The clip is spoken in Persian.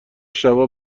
شبا